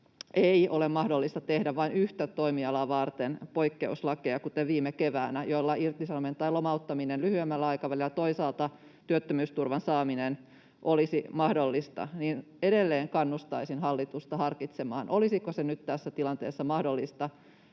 ei ole mahdollista tehdä vain yhtä toimialaa varten poikkeuslakeja, kuten viime keväänä, joilla irtisanominen tai lomauttaminen lyhyemmällä aikavälillä ja toisaalta työttömyysturvan saaminen olisi mahdollista, niin edelleen kannustaisin hallitusta harkitsemaan, olisiko se nyt mahdollista